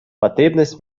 потребность